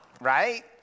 right